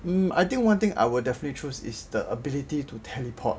hmm I think one thing I will definitely choose is the ability to teleport